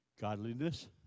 Godliness